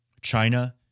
China